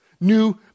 new